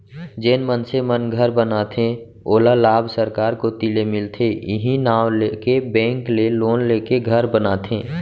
जेन मनसे मन घर बनाथे ओला लाभ सरकार कोती ले मिलथे इहीं नांव लेके बेंक ले लोन लेके घर बनाथे